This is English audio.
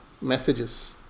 messages